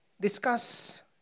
discuss